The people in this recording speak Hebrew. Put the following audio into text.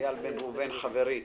איל בן ראובן חברי